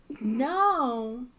no